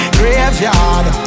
graveyard